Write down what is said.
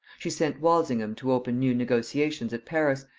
she sent walsingham to open new negotiations at paris,